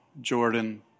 Jordan